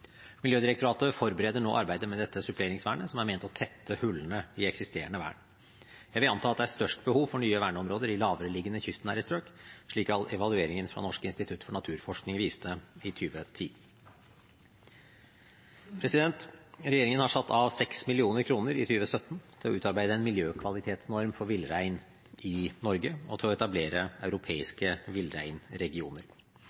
Miljødirektoratet forbereder nå arbeidet med dette suppleringsvernet, som er ment å tette hullene i eksisterende vern. Jeg vil anta at det er størst behov for nye verneområder i lavereliggende, kystnære strøk, slik evalueringen fra Norsk institutt for naturforskning viste i 2010. Regjeringen har satt av 6 mill. kr i 2017 til å utarbeide en miljøkvalitetsnorm for villrein i Norge og til å etablere